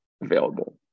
available